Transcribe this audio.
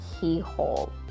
keyhole